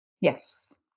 Yes